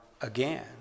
again